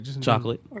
Chocolate